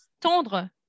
tendre